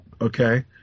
okay